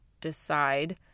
decide